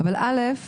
אבל דבר